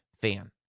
fan